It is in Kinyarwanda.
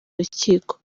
rukiko